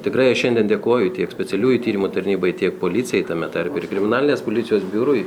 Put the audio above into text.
tikrai šiandien dėkoju tiek specialiųjų tyrimų tarnybai tiek policijai tame tarpe ir kriminalinės policijos biurui